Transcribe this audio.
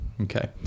Okay